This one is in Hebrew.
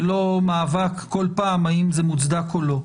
ולא מאבק בכל פעם האם זה מוצדק או לא.